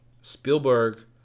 Spielberg